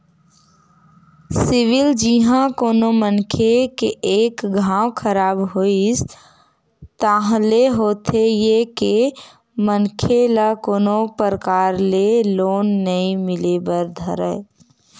CIBIL जिहाँ कोनो मनखे के एक घांव खराब होइस ताहले होथे ये के मनखे ल कोनो परकार ले लोन नइ मिले बर धरय